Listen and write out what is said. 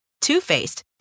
Two-Faced